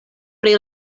pri